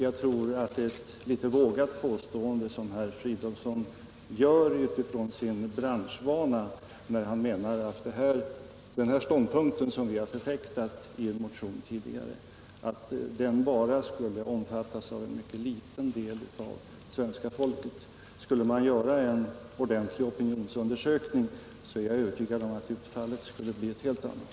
Jag tror att det är ett litet vågat påstående som herr Fridolfsson gör utifrån sin branschvana, att den här ståndpunkten som vi tidigare förfäktat i en motion bara skulle omfattas av en mycket liten del av svenska folket. Jag är övertygad om att ifall man gjorde en ordentlig opinionsundersökning skulle utfallet bli ett helt annat.